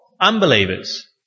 Unbelievers